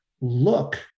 look